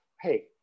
hey